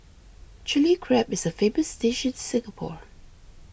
Chilli Crab is a famous dish in Singapore